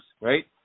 right